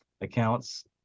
accounts